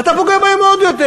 אתה פוגע בהם עוד יותר.